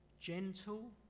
gentle